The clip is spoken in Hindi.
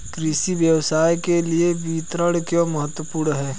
कृषि व्यवसाय के लिए विपणन क्यों महत्वपूर्ण है?